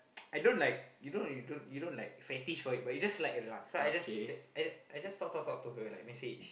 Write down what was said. I don't like you know you don't you don't like fetish for it but you just like her laugh so I just I just I just talk talk talk to her like message